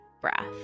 breath